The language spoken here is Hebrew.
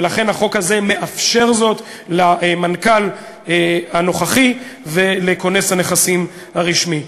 ולכן החוק הזה מאפשר זאת למנכ"ל הנוכחי ולכונס הנכסים הרשמי.